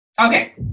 Okay